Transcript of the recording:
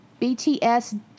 BTS